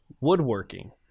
woodworking